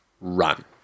run